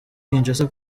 kinshasa